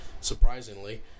surprisingly